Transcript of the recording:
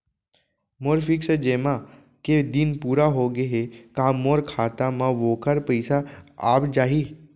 मोर fix जेमा के दिन पूरा होगे हे का मोर खाता म वोखर पइसा आप जाही?